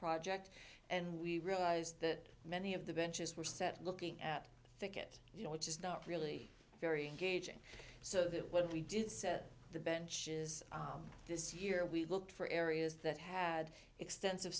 project and we realize that many of the benches were set looking at the thicket you know which is not really very gaging so that when we did set the benches this year we looked for areas that had extensive